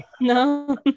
no